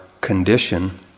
condition